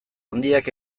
handiak